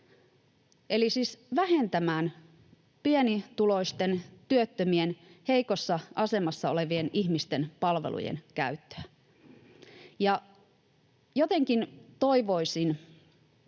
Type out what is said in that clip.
vähentämään pienituloisten, työttömien, heikossa asemassa olevien ihmisten palvelujen käyttöä. Jotenkin toivoisin